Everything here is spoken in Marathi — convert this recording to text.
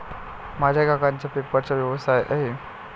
माझ्या काकांचा पेपरचा व्यवसाय आहे